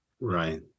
Right